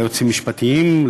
ליועצים המשפטיים,